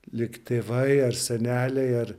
lyg tėvai ar seneliai ar